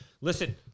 listen